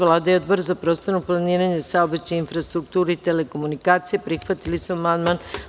Vlada i Odbor za prostorno planiranje i saobraćaj, infrastrukturu i telekomunikacije prihvatili su amandman.